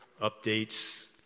updates